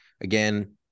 again